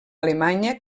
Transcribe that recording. alemanya